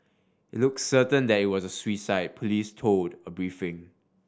it looks certain that it was a suicide police told a briefing